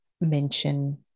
mention